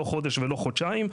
לא חודש ולא חודשיים,